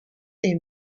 est